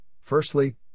firstly